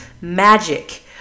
magic